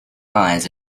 eyes